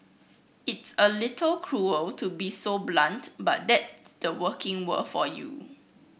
it's a little cruel to be so blunt but that the working world for you